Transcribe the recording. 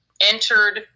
entered